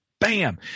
Bam